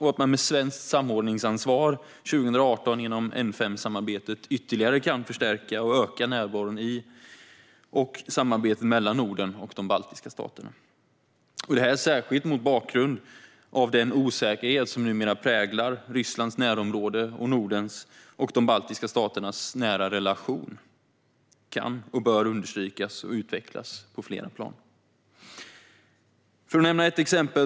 Genom svenskt samordningsansvar 2018 kan man inom N5-samarbetet ytterligare förstärka och öka närvaron i och samarbetet mellan Norden och de baltiska staterna. Detta gäller särskilt mot bakgrund av den osäkerhet som numera präglar Rysslands närområde. Nordens och de baltiska staternas nära relation kan och bör understrykas och utvecklas på flera plan. Låt mig nämna ett exempel.